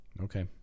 Okay